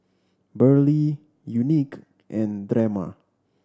Burley Unique and Drema